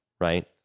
right